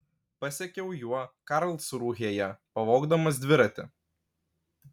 pasekiau juo karlsrūhėje pavogdamas dviratį